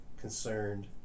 concerned